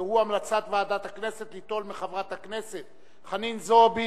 והוא המלצת ועדת הכנסת ליטול מחברת הכנסת חנין זועבי